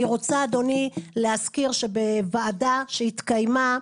אני רוצה, אדוני, להזכיר שבוועדה שהתקיימה,